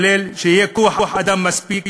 כולל שיהיה כוח-אדם מספיק,